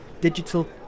digital